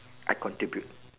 I contribute